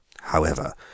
However